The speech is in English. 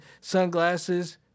sunglasses